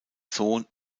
sohn